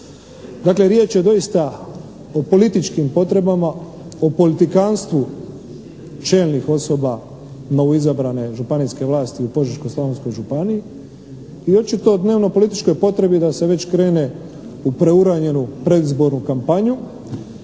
Dakle, riječ je doista o političkim potrebama, o politikanstvu čelnih osoba novoizabrane županijske vlasti u Požeško-slavonskoj županiji i očito dnevno političkoj potrebi da se već krene u preuranjenu predizbornu kampanju.